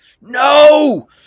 No